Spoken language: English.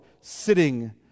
sitting